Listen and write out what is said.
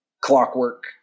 clockwork